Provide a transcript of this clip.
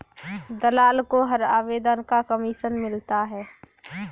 दलाल को हर आवेदन का कमीशन मिलता है